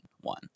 one